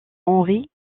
henri